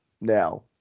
now